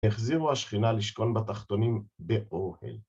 החזירו השכינה לשכון בתחתונים באוהל